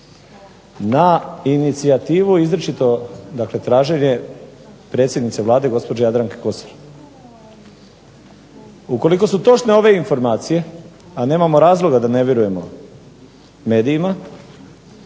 na inicijativu izričito dakle traženje predsjednice Vlade gospođe Jadranke Kosor. Ukoliko su točne ove informacije, a nemamo razloga da ne vjerujemo medijima,